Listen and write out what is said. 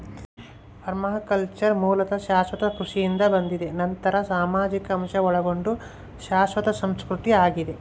permaculture ಮೂಲತಃ ಶಾಶ್ವತ ಕೃಷಿಯಿಂದ ಬಂದಿದೆ ನಂತರ ಸಾಮಾಜಿಕ ಅಂಶ ಒಳಗೊಂಡ ಶಾಶ್ವತ ಸಂಸ್ಕೃತಿ ಆಗಿದೆ